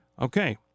Okay